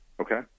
Okay